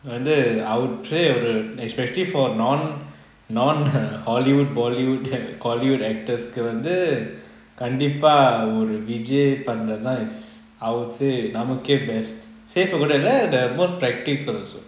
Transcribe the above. வந்து:vanthu especially for non non hollywood bollywood hollywood actors கு வந்து கண்டிப்பா ஒரு விஜய் பண்றது தான் வந்து:ku vanthu kandipa oru vijay panrathu thaan vanthu I would say நம்மகிய:nammakey best safer கூட இல்ல:kuda illa most practical also